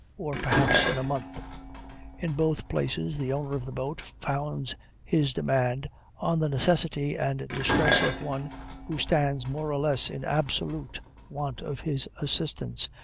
or perhaps in a month in both places the owner of the boat founds his demand on the necessity and distress of one who stands more or less in absolute want of his assistance,